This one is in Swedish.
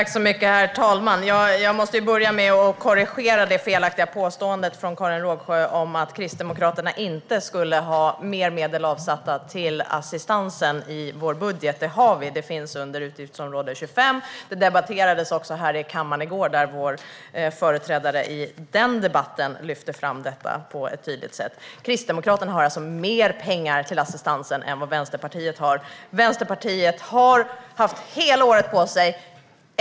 Herr talman! Jag måste börja med att korrigera det felaktiga påståendet från Karin Rågsjö om att Kristdemokraterna inte har mer medel avsatta till assistansen i vår budget. Det har vi. Det finns under utgiftsområde 25 och debatterades också i kammaren i går, då vår företrädare i den debatten lyfte fram det på ett tydligt sätt. Kristdemokraterna har alltså mer pengar till assistansen än vad Vänsterpartiet har. Vänsterpartiet har haft hela året på sig.